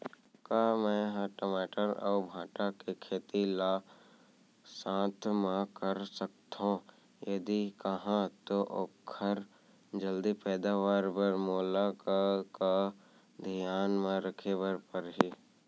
का मै ह टमाटर अऊ भांटा के खेती ला साथ मा कर सकथो, यदि कहाँ तो ओखर जलदी पैदावार बर मोला का का धियान मा रखे बर परही?